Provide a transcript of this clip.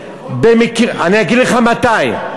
אני אגיד לך מתי,